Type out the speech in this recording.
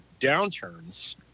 downturns